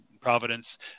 providence